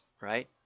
right